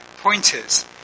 pointers